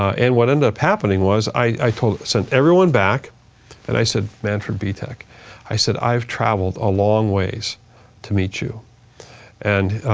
and what ended up happening was i sent everyone back and i said, manford bitech i said, i've traveled a long ways to meet you and